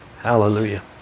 Hallelujah